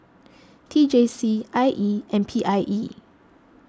T J C I E and P I E